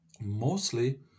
mostly